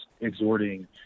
exhorting